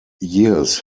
years